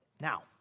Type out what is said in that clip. Now